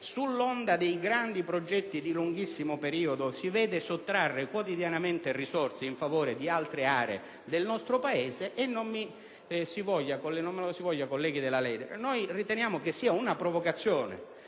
sull'onda dei grandi progetti di lunghissimo periodo, si vede sottrarre quotidianamente risorse in favore di altre aree del nostro Paese. Non me ne vogliate, colleghi della Lega, ma riteniamo che sia una provocazione